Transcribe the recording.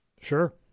Sure